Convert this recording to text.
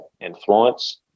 influence